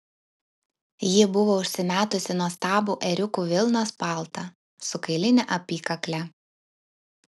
ji buvo užsimetusi nuostabų ėriukų vilnos paltą su kailine apykakle